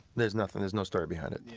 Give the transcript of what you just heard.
there's nothing, there's no story behind it.